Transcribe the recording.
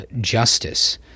justice